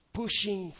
pushing